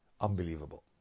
unbelievable